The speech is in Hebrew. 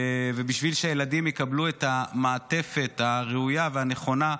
בשביל שהילדים יקבלו את המעטפת הראויה והנכונה,